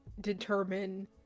determine